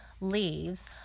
leaves